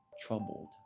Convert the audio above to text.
troubled